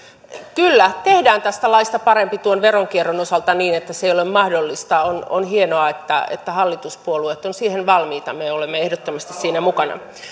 kyllä tehdään tästä laista parempi tuon veronkierron osalta niin että se ei ole mahdollista on hienoa että että hallituspuolueet ovat siihen valmiita me olemme ehdottomasti siinä mukana